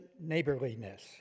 neighborliness